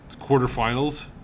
quarterfinals